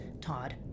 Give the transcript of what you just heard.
Todd